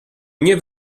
nie